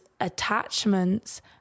attachments